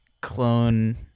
Clone